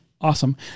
awesome